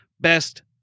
best